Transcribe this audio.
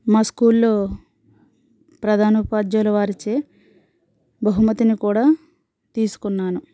మా స్కూల్లో ప్రధాన ఉపాధ్యాయుల వారిచే బహుమతిని కూడా తీసుకున్నాను